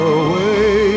away